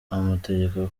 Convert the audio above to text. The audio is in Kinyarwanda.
amutegeka